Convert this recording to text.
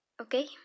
okay